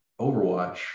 Overwatch